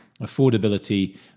affordability